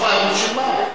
נכון, אבל בשביל מה?